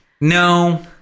no